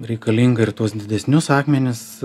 reikalinga ir tuos didesnius akmenis